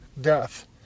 death